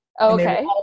Okay